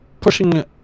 pushing